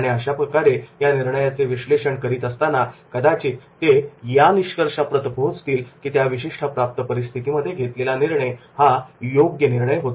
आणि अशाप्रकारे या निर्णयाचे विश्लेषण करीत असताना कदाचित ते या निष्कर्षाप्रत पोचतील की त्या विशिष्ट प्राप्त परिस्थितीमध्ये घेतलेला निर्णय हा योग्य निर्णय होता